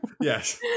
Yes